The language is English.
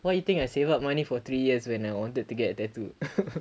why do you think I saved up money for three years when I wanted to get tattoo